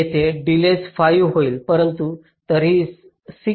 तर येथे डिलेज 5 होईल परंतु तरीही 6 का